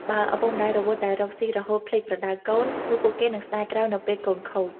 បើឪពុកម្ដាយរវល់តែរកស៊ីរហូតភ្លេចប្រដៅកូន នោះពួកគេនឹងស្ដាយក្រោយនៅពេលកូនខូច។